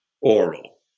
oral